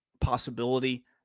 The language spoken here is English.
possibility